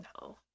no